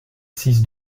six